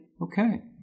Okay